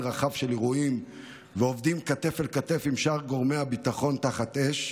רחב של אירועים ועובדים כתף אל כתף עם שאר גורמי הביטחון תחת אש,